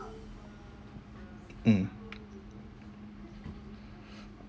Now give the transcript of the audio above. mm